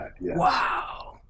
wow